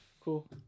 Cool